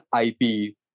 IP